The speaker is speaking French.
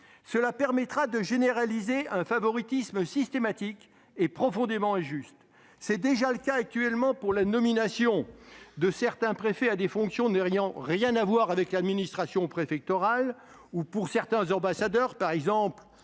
Cela permettra de généraliser un favoritisme systématique et profondément injuste. C'est déjà le cas actuellement pour la nomination de certains préfets à des fonctions n'ayant rien à voir avec l'administration préfectorale, ou pour certains ambassadeurs. Citons